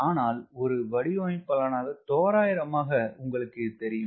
அனால் ஒரு வடிவமைப்பாளனாக தோராயமாக உங்களுக்கு இது தெரியும்